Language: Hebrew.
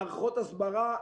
מערכות הסברה,